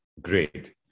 great